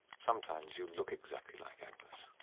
sometimes you look exactly like agnes.